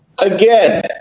again